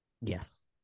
yes